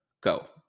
go